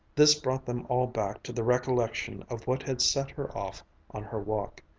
this brought them all back to the recollection of what had set her off on her walk.